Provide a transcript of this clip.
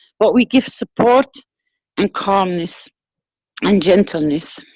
but we give support and calmness and gentleness.